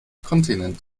kontinent